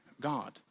God